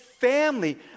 family